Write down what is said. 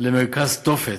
למרכז תופת,